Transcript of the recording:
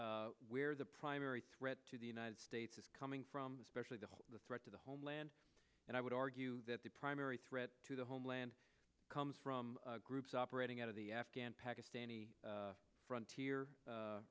ask where the primary threat to the united states is coming from especially to the threat to the homeland and i would argue that the primary threat to the homeland comes from groups operating out of the afghan pakistani front